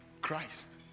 Christ